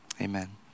Amen